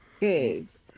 Yes